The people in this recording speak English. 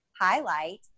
highlight